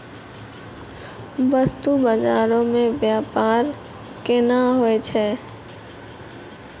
बस्तु बजारो मे व्यपार केना होय छै?